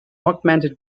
augmented